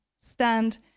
stand